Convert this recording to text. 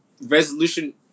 resolution